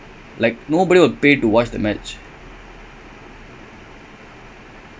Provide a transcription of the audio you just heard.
and no அதுனால தான் அதுனால தான்:athunaala dhaan athunaala dhaan barcelona is under what you call that bankruptcy